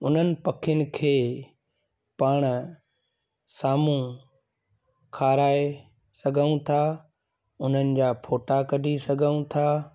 उन्हनि पखियुनि खे पाण साम्हूं खाराए सघूं था उन्हनि जा फ़ोटा कढी सघूं था